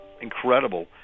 incredible